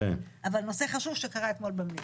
אבל נושא חשוב שהיה אתמול במליאה.